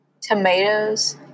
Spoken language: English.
Tomatoes